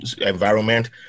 environment